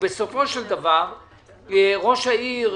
ובסופו של דבר לגבי מה שקורה שם